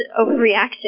overreaction